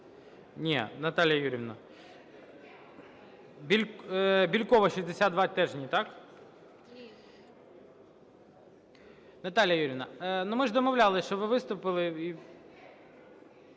Ні, Наталія Юріївна. Бєлькова, 62-а. Теж ні. Так? Наталія Юріївна, ну, ми ж домовлялися, що ви виступили.